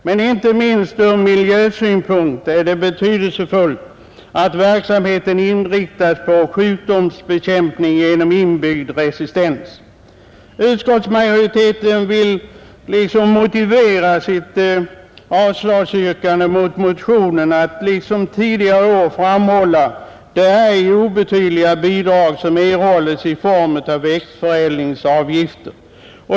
Men inte minst ur miljösynpunkt är det betydelsefullt att verksamheten inriktas på sjukdomsbekämpning genom inbyggd resistens. Utskottsmajoriteten tycks vilja motivera sitt yrkande om avslag på motionen genom att liksom tidigare år framhålla de ej obetydliga bidrag som erhålles i form av växtförädlingsavgifter.